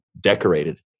decorated